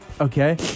Okay